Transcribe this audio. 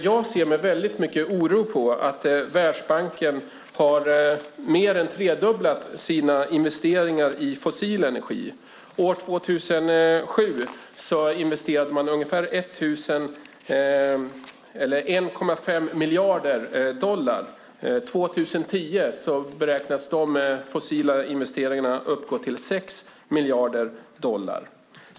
Jag ser med stor oro på att Världsbanken har mer än tredubblat sina investeringar i fossil energi. År 2007 investerade man ungefär 1,5 miljarder dollar. År 2010 beräknas de fossila investeringarna uppgå till 6 miljarder dollar.